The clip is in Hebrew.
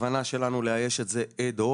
הכוונה שלנו לאייש את זה אד-הוק.